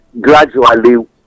gradually